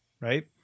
right